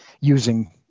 using